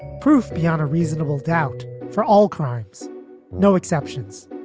proof beyond a reasonable doubt for all crimes no exceptions.